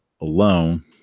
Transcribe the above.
alone